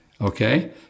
okay